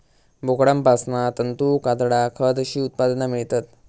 बोकडांपासना तंतू, कातडा, खत अशी उत्पादना मेळतत